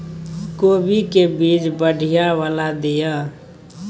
कोबी के बीज बढ़ीया वाला दिय?